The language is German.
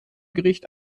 gericht